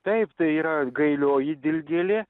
taip tai yra gailioji dilgėlė